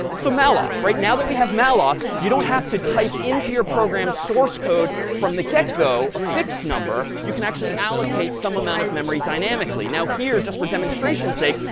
so malloc. right? now that we have malloc, you don't have to type into your program source code from the get go a fixed number. you can actually allocate some amount of memory dynamically. now, here just for demonstration's sake,